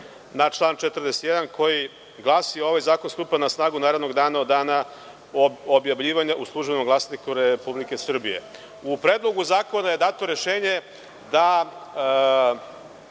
na član 41. koji glasi – ovaj zakon stupa na snagu narednog dana, od dana objavljivanja u „Službenom glasniku RS“.U Predlogu zakona je dato rešenje da